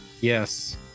Yes